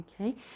Okay